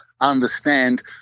understand